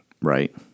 right